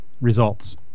results